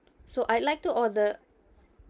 so I'd like to order